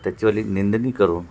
त्याचीवाली निंदणी करून